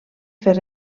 fer